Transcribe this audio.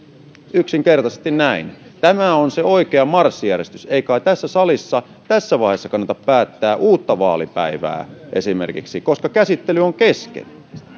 yksinkertaisesti näin tämä on se oikea marssijärjestys ei kai tässä salissa tässä vaiheessa kannata päättää esimerkiksi uutta vaalipäivää koska käsittely on kesken